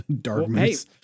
Darkness